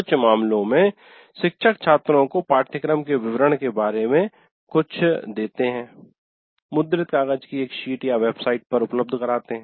कुछ मामलों में शिक्षक छात्रों को पाठ्यक्रम के विवरण के बारे में कुछ मुद्रित कागज की एक शीट या वेबसाइट पर उपलब्ध कराते हैं देते है